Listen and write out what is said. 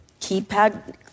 keypad